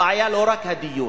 הבעיה לא רק הדיור,